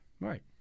Right